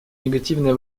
негативное